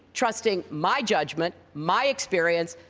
trusting my judgment, my experience,